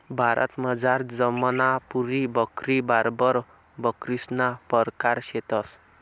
भारतमझार जमनापुरी बकरी, बार्बर बकरीसना परकार शेतंस